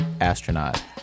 astronaut